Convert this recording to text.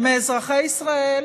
מאזרחי ישראל